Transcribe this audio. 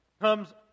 comes